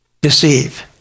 Deceive